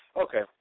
Okay